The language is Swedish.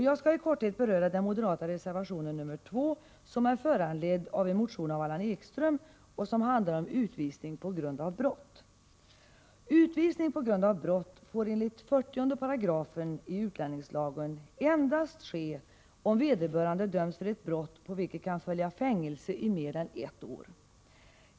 Jag skall i korthet beröra den moderata reservationen nr 2, som är föranledd av en motion av Allan Ekström och som handlar om utvisning på grund av brott. Utvisning på grund av brott får enligt 40 § i utlänningslagen endast ske om vederbörande döms för ett brott på vilket kan följa fängelse i mer än ett år.